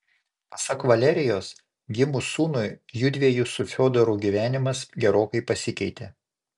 pasak valerijos gimus sūnui judviejų su fiodoru gyvenimas gerokai pasikeitė